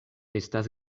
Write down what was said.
estas